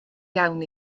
iawn